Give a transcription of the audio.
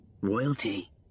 Royalty